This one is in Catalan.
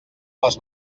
les